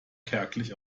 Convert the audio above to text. kärglich